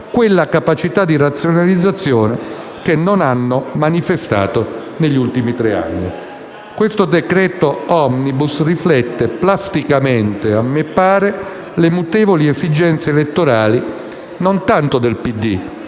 quella capacità di razionalizzazione della spesa che non hanno manifestato negli ultimi tre anni. Questo decreto-legge *omnibus* riflette plasticamente, a me pare, le mutevoli esigenze elettorali non tanto del PD,